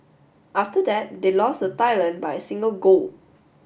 after that they lost Thailand by a single goal